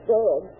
Dead